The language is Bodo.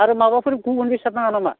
आरो माबाफोर गुबुन बेसाद नाङा नामा